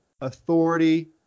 authority